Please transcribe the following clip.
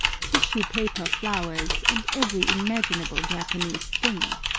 tissue-paper flowers, and every imaginable japanese thing.